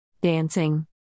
Dancing